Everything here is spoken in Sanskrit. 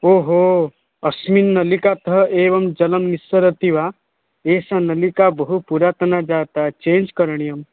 ओहो अस्मिन् नलिकातः एव जलं निस्सरति वा एषा नलिका बहुपुरातना जाता चेञ्ज् करणीयम्